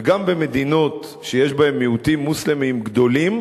וגם במדינות באירופה שיש בהן מיעוטים מוסלמיים גדולים